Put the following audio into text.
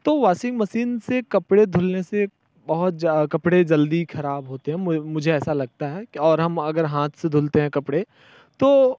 तो washing machine से कपड़े धुलने से बहुत ज़्यादा कपड़े जल्दी खराब होते हैं मु मुझे ऐसा लगता है कि और हम अगर हाथ से धुलते हैं कपड़े तो